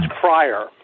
prior